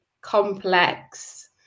complex